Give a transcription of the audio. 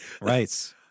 right